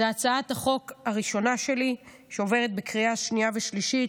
זו הצעת החוק הראשונה שלי שעוברת בקריאה שנייה ושלישית.